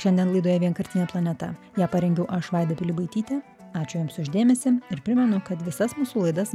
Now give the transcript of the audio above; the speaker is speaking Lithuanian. šiandien laidoje vienkartinė planeta ją parengiau aš vaida pilibaitytė ačiū jums už dėmesį ir primenu kad visas mūsų laidas